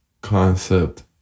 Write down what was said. concept